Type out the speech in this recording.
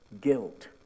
guilt